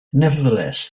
nevertheless